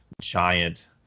giant